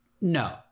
No